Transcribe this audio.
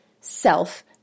self